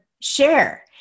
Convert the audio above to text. share